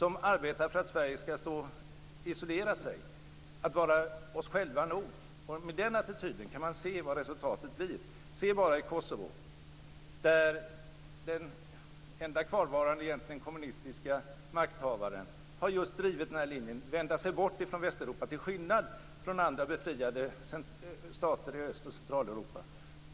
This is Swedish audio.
De arbetar för att Sverige skall isolera sig, att vi skall vara oss själva nog. Med den attityden kan man se vad resultatet blir. Se bara i Kosovo. Där har den enda kvarvarande kommunistiska makthavaren drivit linjen att vända sig bort från Västeuropa, till skillnad från andra befriade stater i Öst och Centraleuropa.